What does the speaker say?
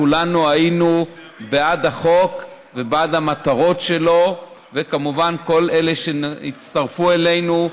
כולנו היינו בעד החוק ובעד המטרות שלו וכמובן כל אלה שהצטרפו אלינו,